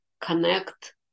connect